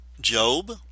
Job